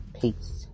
peace